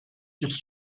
sich